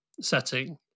setting